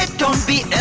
ah don't be